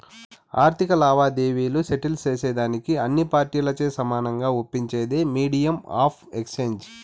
ఆర్థిక లావాదేవీలు సెటిల్ సేసేదానికి అన్ని పార్టీలచే సమానంగా ఒప్పించేదే మీడియం ఆఫ్ ఎక్స్చేంజ్